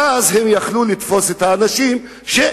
ואז הם היו יכולים לתפוס את האנשים שהנה,